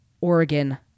Oregon